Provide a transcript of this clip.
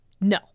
no